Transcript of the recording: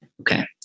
Okay